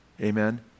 Amen